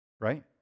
Right